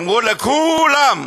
אמרו: לכו-לם,